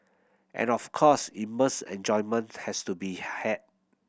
and of course immense enjoyment has to be had